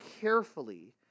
carefully